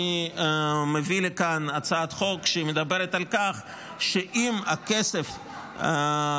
אני מביא לכאן הצעת חוק שמדברת על כך שאת הכסף שהוקפא,